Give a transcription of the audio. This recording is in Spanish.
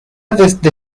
desde